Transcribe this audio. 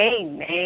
Amen